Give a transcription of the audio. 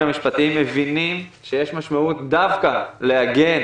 המשפטיים מבינים שיש משמעות דווקא לעגן